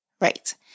Right